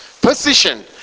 position